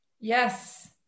Yes